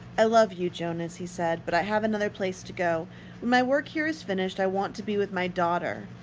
i love you, jonas, he said. but i have another place to go. when my work here is finished, i want to be with my daughter.